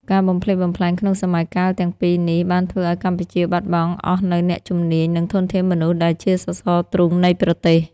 ការបំផ្លិចបំផ្លាញក្នុងសម័យកាលទាំងពីរនេះ បានធ្វើឱ្យកម្ពុជាបាត់បង់អស់នូវអ្នកជំនាញ និងធនធានមនុស្សដែលជាសសរទ្រូងនៃប្រទេស។